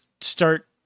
start